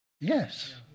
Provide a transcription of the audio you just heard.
Yes